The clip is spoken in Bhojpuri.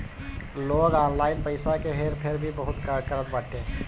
लोग ऑनलाइन पईसा के हेर फेर भी बहुत करत बाटे